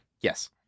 Yes